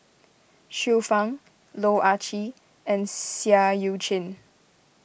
Xiu Fang Loh Ah Chee and Seah Eu Chin